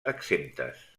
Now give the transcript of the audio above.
exemptes